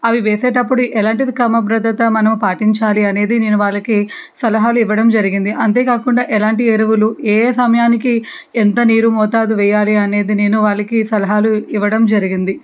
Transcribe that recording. అవి వేసేటప్పుడు ఎలాంటిది క్రమ భద్రత మనం పాటించాలి అనేది నేను వాళ్లకి సలహాలు ఇవ్వడం జరిగింది అంతేకాకుండా ఎలాంటి ఎరువులు ఏ ఏ సమయానికి ఎంత నీరు మోతాదు వేయాలి అనేది నేను వాళ్లకి సలహాలు ఇవ్వడం జరిగింది